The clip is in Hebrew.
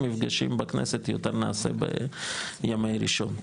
מפגשים בכנסת יותר נעשה מימי ראשון,